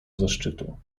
zaszczytu